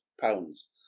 pounds